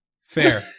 Fair